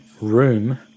room